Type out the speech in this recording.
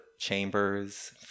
Chambers